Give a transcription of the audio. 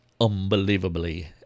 unbelievably